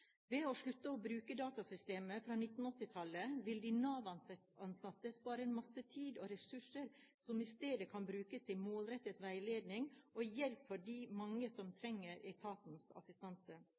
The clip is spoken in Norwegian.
Ved å slutte å bruke datasystemer fra 1980-tallet vil de Nav-ansatte spare masse tid og ressurser som i stedet kan brukes til målrettet veiledning og hjelp for de mange som trenger etatens assistanse.